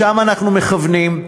לשם אנחנו מכוונים,